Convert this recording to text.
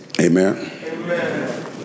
Amen